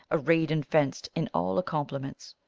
arrayed and fenced in all accomplements.